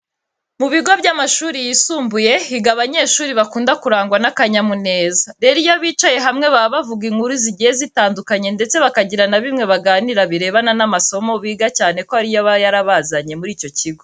Mu bigo by'amashuri yisumbuye higa abanyeshuri bakunda kurangwa n'akanyamuneza. Rero, iyo bicaye hamwe baba bavuga inkuru zigiye zitandukanye ndetse bakagira na bimwe baganira birebana n'amasomo biga cyane ko ari yo aba yarabazanye muri icyo kigo.